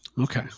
Okay